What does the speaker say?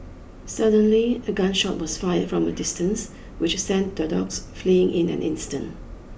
suddenly a gun shot was fired from a distance which sent the dogs fleeing in an instant